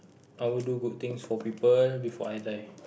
I will do good things for people before I die